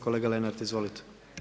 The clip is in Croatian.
Kolega Lenart, izvolite.